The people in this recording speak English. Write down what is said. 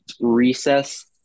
recess